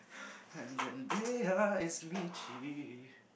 and Zendeya is Mitchie